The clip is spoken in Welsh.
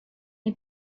neu